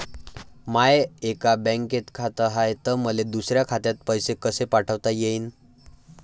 माय एका बँकेत खात हाय, त मले दुसऱ्या खात्यात पैसे कसे पाठवता येईन?